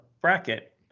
bracket